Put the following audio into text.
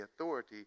authority